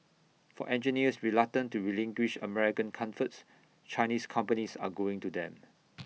for engineers reluctant to relinquish American comforts Chinese companies are going to them